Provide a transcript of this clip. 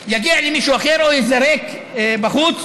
יגיע למישהו אחר או ייזרק בחוץ.